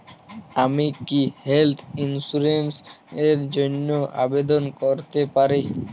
আমি কি health insurance র জন্য আবেদন করতে পারি?